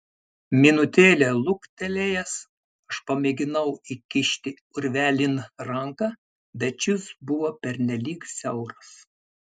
minutėlę luktelėjęs aš pamėginau įkišti urvelin ranką bet šis buvo pernelyg siauras